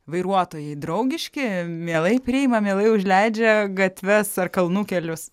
vairuotojai draugiški mielai priima mielai užleidžia gatves ar kalnų kelius